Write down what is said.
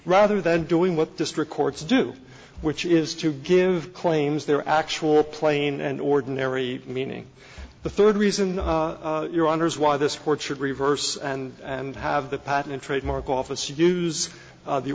rather than doing what district courts do which is to give claims their actual plain and ordinary meaning the third reason your honor is why this court should reverse and and have the patent and trademark office use